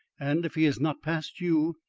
and if he has not passed you,